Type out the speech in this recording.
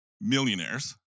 millionaires